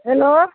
hello